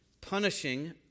punishing